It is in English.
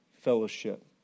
fellowship